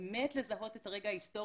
באמת לזהות את הרגע ההיסטורי.